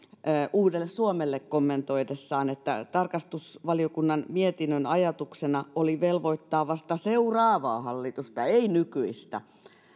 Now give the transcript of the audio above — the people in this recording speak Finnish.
uudelle suomelle kommentoidessaan että tarkastusvaliokunnan mietinnön ajatuksena oli velvoittaa vasta seuraavaa hallitusta ei nykyistä